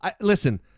Listen